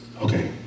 Okay